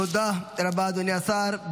תודה רבה, אדוני השר.